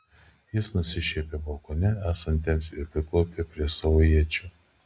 jis nusišiepė balkone esantiems ir priklaupė prie savo iečių